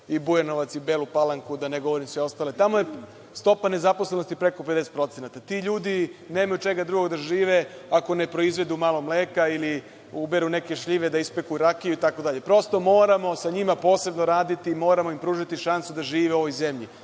i Bujanovac i Belu Palanku, da ne govorim sve ostale, tamo je stopa nezaposlenosti preko 50%. Ti ljudi nemaju od čega drugog da žive, ako ne proizvedu malo mleka ili uberu neke šljive da ispeku rakiju itd. Prosto, moramo sa njima posebno raditi i moramo im pružiti šansu da žive u ovoj zemlji.